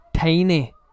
tiny